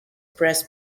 press